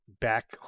back